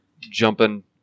jumping